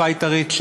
הפייטרית,